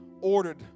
ordered